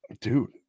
dude